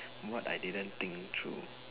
what I didn't think through